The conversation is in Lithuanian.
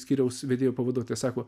skyriaus vedėjo pavaduotojas sako